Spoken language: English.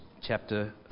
chapter